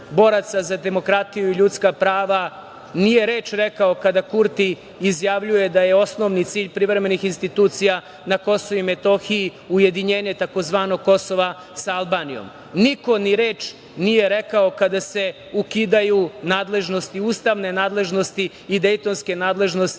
za demokratiju i ljudska prava nije reč rekao kada je Kurti izjavljuje da je osnovni cilj privremenih institucija na KiM ujedinjenje tzv. Kosova sa Albanijom. Niko ni reč nije rekao kada se ukidaju ustavne nadležnosti i dejtonske nadležnosti